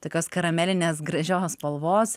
tokios karamelinės gražios spalvos